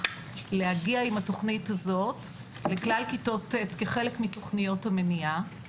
להגיע עם התוכנית הזאת לכלל כיתות ט' כחלק מתוכניות המניעה.